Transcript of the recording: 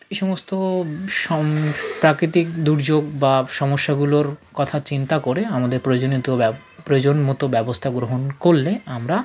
এই সমস্ত সম প্রাকৃতিক দুর্যোগ বা সমস্যাগুলোর কথা চিন্তা করে আমাদের প্রয়োজনীয় তো ব্যব্ প্রয়োজন মতো ব্যবস্থা গ্রহণ করলে আমরা